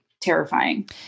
terrifying